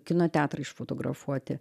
kino teatrai išfotografuoti